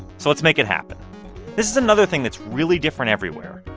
so let's make it happen this is another thing that's really different everywhere,